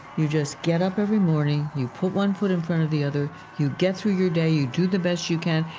you just get up every morning, you put one foot in front of the other, you get through your day, you do the best you can,